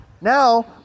now